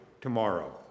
tomorrow